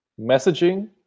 messaging